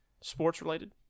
Sports-related